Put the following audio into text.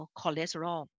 cholesterol